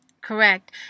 Correct